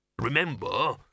Remember